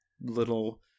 little